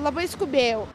labai skubėjau